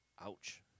Ouch